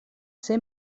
ser